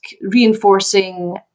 reinforcing